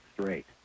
straight